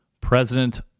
President